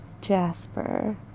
Jasper